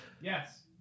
yes